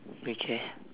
okay